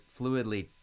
fluidly